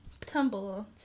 tumble